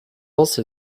also